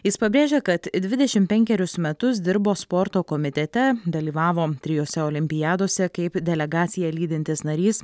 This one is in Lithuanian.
jis pabrėžia kad dvidešim penkerius metus dirbo sporto komitete dalyvavo trijose olimpiadose kaip delegaciją lydintis narys